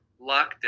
lockdown